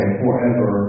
forever